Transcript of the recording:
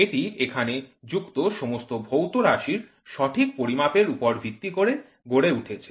এটি এখানে যুক্ত সমস্ত ভৌত রাশির সঠিক পরিমাপের উপর ভিত্তি করে গড়ে উঠেছে